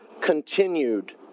continued